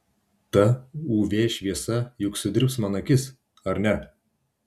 ta uv šviesa juk sudirbs man akis ar ne